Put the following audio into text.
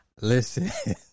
Listen